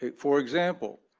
b bfor example,